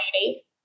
lady